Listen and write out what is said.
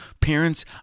parents